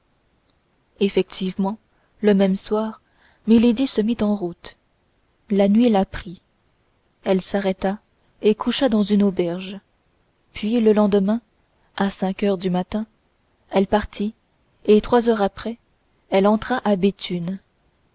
effectivement le même soir milady se mit en route la nuit la prit elle s'arrêta et coucha dans une auberge puis le lendemain à cinq heures du matin elle partit et trois heures après elle entra à béthune